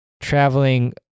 traveling